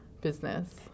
business